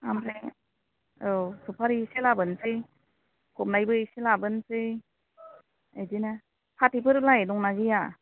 ओमफ्राय औ सफारि एसे लाबोनोसै फबनायबो एसे लाबोनोसै बिदिनो फाथैफोरलाय दं ना गैया